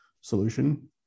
solution